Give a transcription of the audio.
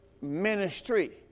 ministry